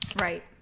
Right